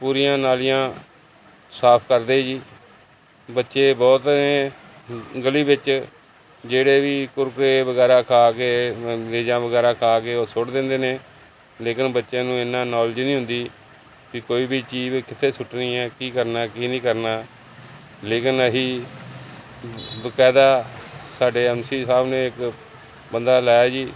ਪੂਰੀਆਂ ਨਾਲੀਆਂ ਸਾਫ ਕਰਦੇ ਜੀ ਬੱਚੇ ਬਹੁਤ ਨੇ ਗਲੀ ਵਿੱਚ ਜਿਹੜੇ ਵੀ ਕੁਰਕਰੇ ਵਗੈਰਾ ਖਾ ਕੇ ਚੀਜ਼ਾਂ ਵਗੈਰਾ ਖਾ ਕੇ ਉਹ ਸੁੱਟ ਦਿੰਦੇ ਨੇ ਲੇਕਿਨ ਬੱਚਿਆਂ ਨੂੰ ਇੰਨਾਂ ਨੋਲਜ ਨਹੀਂ ਹੁੰਦੀ ਕਿ ਕੋਈ ਵੀ ਚੀਜ਼ ਕਿੱਥੇ ਸੁੱਟਣੀ ਹੈ ਕੀ ਕਰਨਾ ਕੀ ਨਹੀਂ ਕਰਨਾ ਲੇਕਿਨ ਅਸੀਂ ਬਕਾਇਦਾ ਸਾਡੇ ਐਮ ਸੀ ਸਾਹਿਬ ਨੇ ਇੱਕ ਬੰਦਾ ਲਾਇਆ ਜੀ